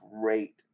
great